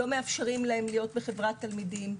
לא מאפשרים להם להיות בחברת תלמידים.